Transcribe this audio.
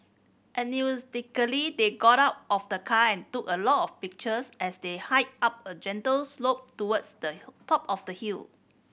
enthusiastically they got out of the car and took a lot of pictures as they hiked up a gentle slope towards the top of the hill